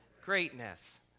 greatness